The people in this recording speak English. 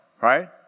right